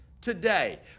today